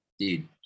dude